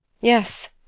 Yes